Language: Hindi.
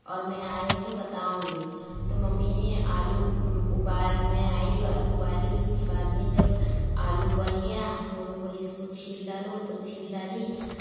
और मैं आ रही हूँ तो बताऊँगी तो मम्मी ने आलू उबाल मैं आई आलू उबाली उसकी बाद में जब आलू उबल गया तो मम्मी बोली इसको छील डालो तो छील डाली